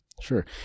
Sure